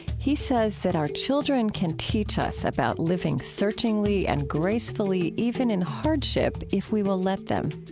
he says that our children can teach us about living searchingly and gracefully even in hardship if we will let them.